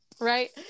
right